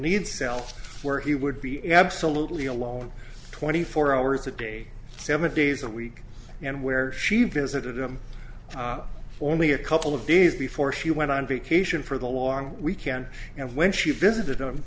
needs cell where he would be absolutely alone twenty four hours a day seven days a week and where she visited him only a couple of days before she went on vacation for the long weekend and when she visited